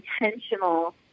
intentional